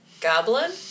Goblin